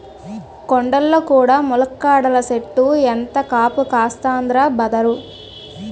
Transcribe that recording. కొండల్లో కూడా ములక్కాడల సెట్టు ఎంత కాపు కాస్తందిరా బదరూ